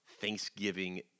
Thanksgiving